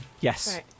Yes